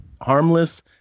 harmless